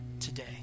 today